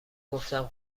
گفتم